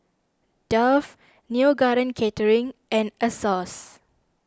Dove Neo Garden Catering and Asos